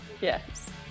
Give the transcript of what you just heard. yes